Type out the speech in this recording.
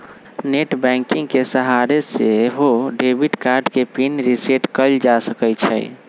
net banking के सहारे से सेहो डेबिट कार्ड के पिन के रिसेट कएल जा सकै छइ